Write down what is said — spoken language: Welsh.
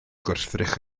gwrthrych